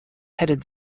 headed